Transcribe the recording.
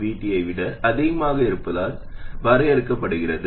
VT ஐ விட அதிகமாக இருப்பதால் வரையறுக்கப்படுகிறது